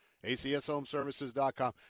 ACSHomeservices.com